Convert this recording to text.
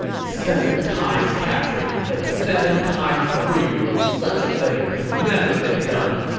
seven times captured and seven times freed. such a thing has never been done.